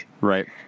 Right